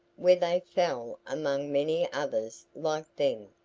where they fell among many others like them.